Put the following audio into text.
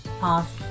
past